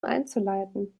einzuleiten